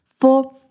four